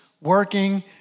working